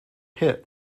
hit